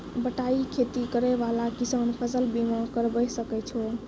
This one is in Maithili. बटाई खेती करै वाला किसान फ़सल बीमा करबै सकै छौ?